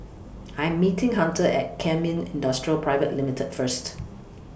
I Am meeting Hunter At Kemin Industries Private Limited First